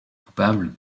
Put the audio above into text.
coupables